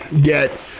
get